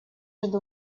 жду